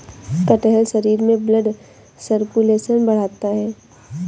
कटहल शरीर में ब्लड सर्कुलेशन बढ़ाता है